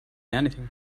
anything